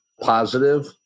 positive